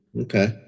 Okay